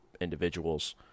individuals